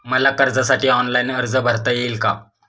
मला कर्जासाठी ऑनलाइन अर्ज भरता येईल का?